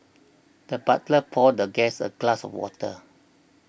the butler poured the guest a glass of water